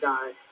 God